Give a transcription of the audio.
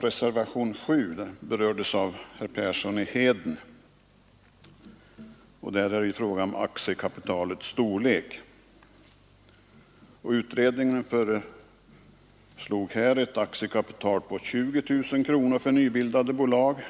Reservation 7 berördes av herr Persson i Heden. Den berör aktiekapitalets storlek. Utredningen föreslog ett aktiekapital på 20 000 kronor för nybildade bolag.